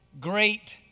great